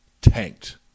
tanked